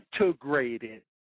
integrated